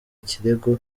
kirego